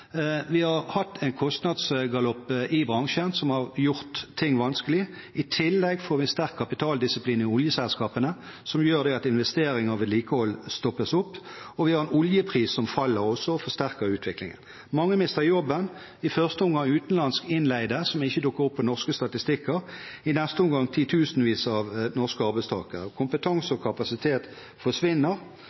Vi har hatt en kostnadsgalopp i bransjen som har gjort ting vanskelig. I tillegg har vi fått en sterk kapitaldisiplin i oljeselskapene som gjør at investeringer og vedlikehold stoppes opp, og vi har en oljepris som faller, som også forsterker utviklingen. Mange mister jobben – i første omgang utenlandske innleide, som ikke dukker opp på norske statistikker, i neste omgang titusenvis av norske arbeidstakere. Kompetanse og kapasitet forsvinner.